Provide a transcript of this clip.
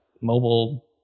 mobile